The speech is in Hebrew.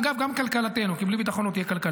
אגב, גם כלכלתנו, כי בלי ביטחון לא תהיה כלכלה.